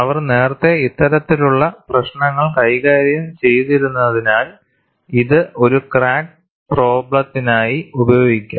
അവർ നേരത്തെ ഇത്തരത്തിലുള്ള പ്രശ്നങ്ങൾ കൈകാര്യം ചെയ്തിരുന്നതിനാൽ ഇത് ഒരു ക്രാക്ക് പ്രോബ്ലെത്തിനായി ഉപയോഗിക്കാം